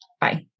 Bye